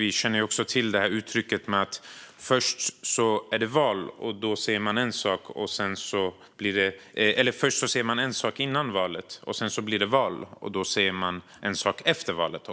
Vi känner ju till detta med att man säger en sak före valet och en annan efter valet.